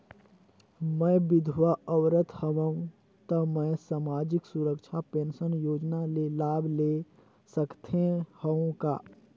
मैं विधवा औरत हवं त मै समाजिक सुरक्षा पेंशन योजना ले लाभ ले सकथे हव का?